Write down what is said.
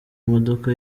imodoka